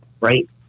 Right